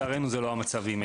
לצערנו זה לא המצב עם מגן דוד.